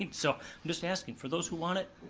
and so i'm just asking, for those who want it,